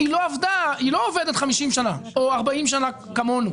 היא לא עובדת 50 שני או 40 שנים כמונו,